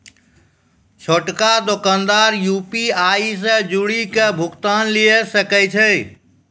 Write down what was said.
छोटका दोकानदार यू.पी.आई से जुड़ि के भुगतान लिये सकै छै